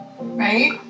Right